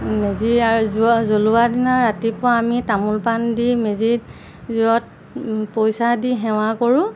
মেজি আৰু জ্বলোৱা দিনা ৰাতিপুৱা আমি তামোল পাণ দি মেজিত জুইত পইচা দি সেৱা কৰোঁ